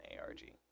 arg